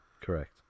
Correct